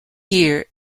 year